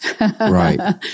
right